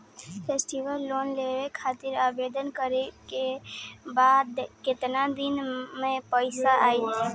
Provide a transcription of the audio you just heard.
Festival loan लेवे खातिर आवेदन करे क बाद केतना दिन म पइसा आई?